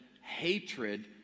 hatred